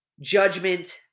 judgment